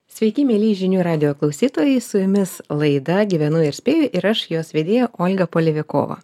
sveiki mieli žinių radijo klausytojai su jumis laida gyvenu ir spėju ir aš jos vedėja olga polevikova